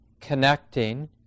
connecting